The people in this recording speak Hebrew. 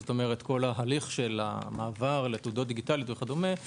כל ההליך של המעבר לתעודות דיגיטליות וכדומה אבל